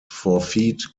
forfeit